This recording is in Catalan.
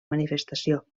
manifestació